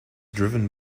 driven